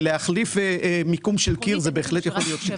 להחליף מיקום של קיר זה בהחלט יכול להיות תיקונים.